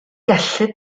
gellid